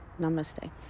Namaste